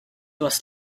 was